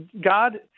God